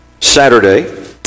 Saturday